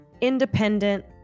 independent